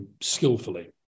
skillfully